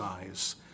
eyes